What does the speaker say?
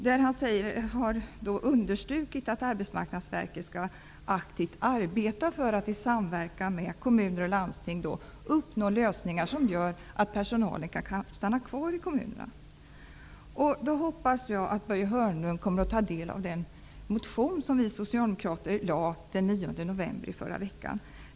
Där har han understrukit att Arbetsmarknadsverket aktivt skall arbeta för att i samverkan med kommuner och landsting uppnå lösningar som gör att personalen kan stanna kvar i kommunerna. Då hoppas jag att Börje Hörnlund kommer att ta del av den motion som vi socialdemokrater väckte den 9 november, i förra veckan.